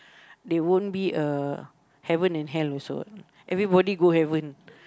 there won't be a heaven and hell also what everybody go heaven